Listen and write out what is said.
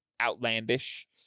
outlandish